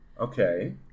Okay